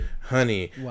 Honey